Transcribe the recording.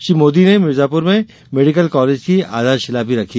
श्री मोदी ने भिर्जापूर में medical college की आधारशिला भी रखी